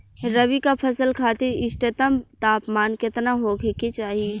रबी क फसल खातिर इष्टतम तापमान केतना होखे के चाही?